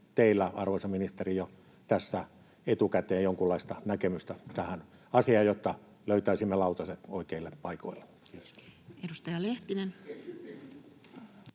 teillä, arvoisa ministeri, jo tässä etukäteen jonkunlaista näkemystä tähän asiaan, jotta löytäisimme lautaset oikeille paikoilleen?